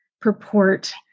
purport